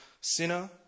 sinner